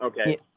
Okay